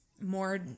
more